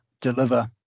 deliver